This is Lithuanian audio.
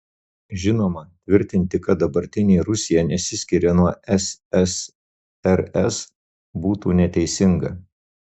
žinoma tvirtinti kad dabartinė rusija nesiskiria nuo ssrs būtų neteisinga